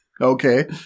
Okay